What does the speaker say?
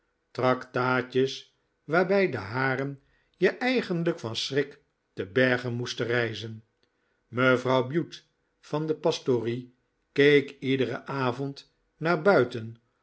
tractaatjes waarbij de haren je eigenlijk van schrik te berge moesten rijzen mevrouw bute van de pastorie keek iederen avond naar buiten